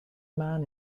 man